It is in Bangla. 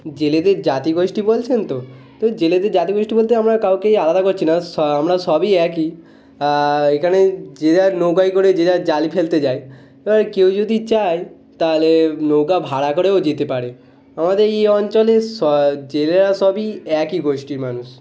জেলেদের জাতি গোষ্ঠী বলছেন তো তো জেলেদের জাতি গোষ্ঠী বলতে আমরা কাউকেই আলাদা করছি না আমরা সবই একই এখানে যে যার নৌকায় করে যে যার জাল ফেলতে যায় এবারে কেউ যদি চায় তাহলে নৌকা ভাড়া করেও যেতে পারে আমাদের এই অঞ্চলে জেলেরা সবই একই গোষ্ঠীর মানুষ